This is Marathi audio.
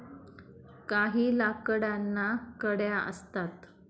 काही लाकडांना कड्या असतात